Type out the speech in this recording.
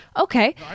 Okay